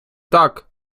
так